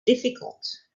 difficult